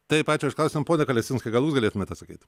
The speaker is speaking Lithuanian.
taip ačiū už klausimą pone kalesinskai gal jūs galėtumėt atsakyt